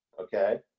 okay